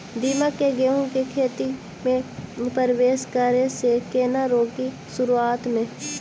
दीमक केँ गेंहूँ केँ खेती मे परवेश करै सँ केना रोकि शुरुआत में?